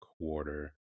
Quarter